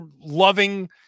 loving